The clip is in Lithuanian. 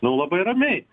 nu labai ramiai